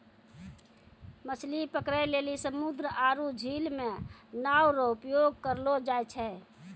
मछली पकड़ै लेली समुन्द्र आरु झील मे नांव रो उपयोग करलो जाय छै